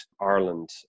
Ireland